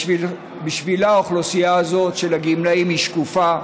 ובשבילה, האוכלוסייה הזאת של הגמלאים היא שקופה.